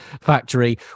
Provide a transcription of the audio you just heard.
factory